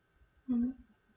mm